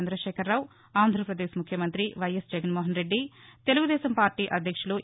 చంద్రశేఖరరావు ఆంధ్రాపదేక్ ముఖ్యమంత్రి Y S Jaganmohan Reddy Telugu Desam Party అధ్యక్షులు ఎన్